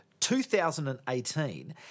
2018